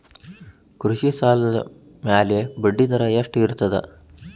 ಕೃಷಿ ಸಾಲದ ಮ್ಯಾಲೆ ಬಡ್ಡಿದರಾ ಎಷ್ಟ ಇರ್ತದ?